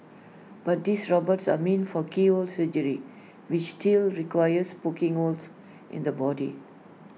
but these robots are meant for keyhole surgery which still requires poking holes in the body